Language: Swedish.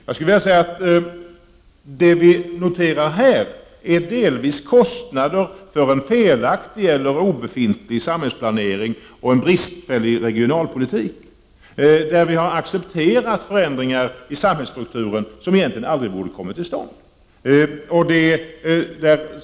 Jag skulle vilja säga att det delvis är kostnader för en felaktig eller obefintlig samhällsplanering och en bristfällig regionalpolitik. Vi har accepterat förändringar av samhällsstrukturen som egentligen aldrig borde ha kommit till stånd.